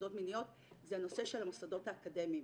הטרדות מיניות זה הנושא של המוסדות האקדמיים.